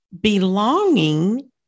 belonging